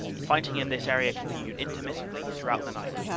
fighting in this area continued intermittently throughout the night,